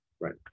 right